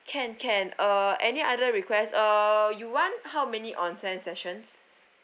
can can uh any other request uh you want how many onsen sessions